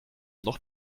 noch